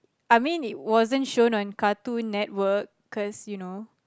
I mean it wasn't shown on Cartoon Network cause you know